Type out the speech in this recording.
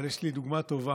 אבל יש לי דוגמה טובה,